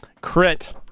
crit